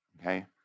okay